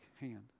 hand